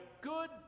good